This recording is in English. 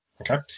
okay